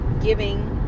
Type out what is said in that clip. giving